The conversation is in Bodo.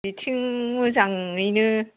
बिथिं मोजाङैनो